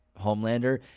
Homelander